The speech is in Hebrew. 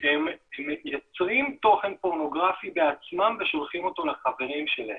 הם יוצרים תוכן פורנוגרפי בעצמם ושולחים אותו לחברים שלהם.